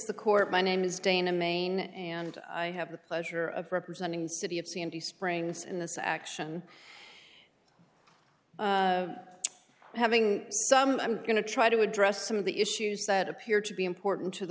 the court my name is dana maine and i have the pleasure of representing the city of sandy springs in this action having some i'm going to try to address some of the issues that appear to be important to the